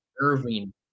Irving